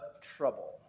trouble